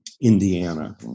Indiana